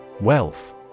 Wealth